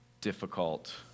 difficult